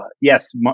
yes